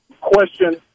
question